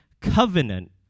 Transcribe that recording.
covenant